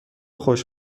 خوش